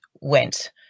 went